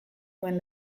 duen